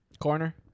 Corner